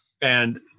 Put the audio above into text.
and-